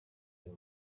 uyu